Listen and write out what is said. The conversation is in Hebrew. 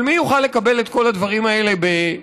אבל מי יוכל לקבל את כל הדברים האלה בהליכים